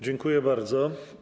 Dziękuję bardzo.